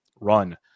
run